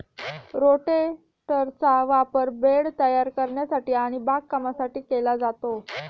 रोटेटरचा वापर बेड तयार करण्यासाठी आणि बागकामासाठी केला जातो